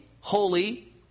holy